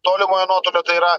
tolimojo nuotolio tai yra